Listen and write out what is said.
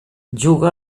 juga